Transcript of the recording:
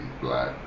Black